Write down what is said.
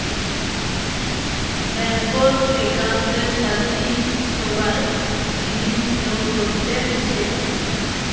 ব্যাঙ্কত একউন্টের সাথি সোগায় জিনিস যোগ করতে হসে